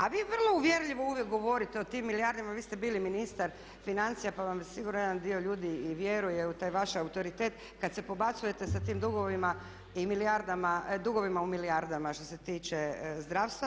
A vi vrlo uvjerljivo uvijek govorite o tim milijardama, vi ste bili ministar financija pa vam sigurno i jedan dio ljudi i vjeruje u taj vaš autoritet, kada se pobacujete sa tim dugovima i milijardama, dugovima u milijardama što se tiče zdravstva.